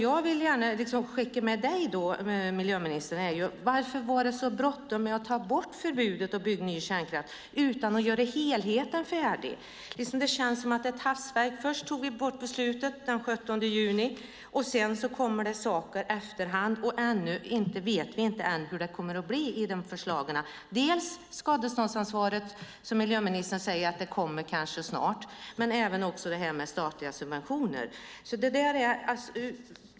Jag vill gärna skicka med miljöministern frågan om varför det var så bråttom att ta bort förbudet att bygga ny kärnkraft utan att göra helheten färdig. Det känns som ett hafsverk. Först avskaffades beslutet den 17 juni, sedan kommer det saker i efterhand. Ännu vet vi inte hur det kommer att bli med förslagen. Det gäller dels förslaget om skadeståndsansvaret, som miljöministern säger kommer snart, dels förslaget om statliga subventioner.